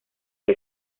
que